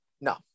No